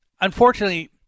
Unfortunately